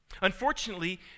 Unfortunately